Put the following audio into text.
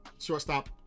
shortstop